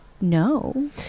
No